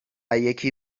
یکی